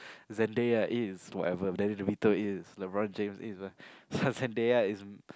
Zendaya it is whatever then Devito it is then LeBron-James it is what so Zendaya it is